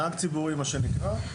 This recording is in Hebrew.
נהג ציבורי מה שנקרא.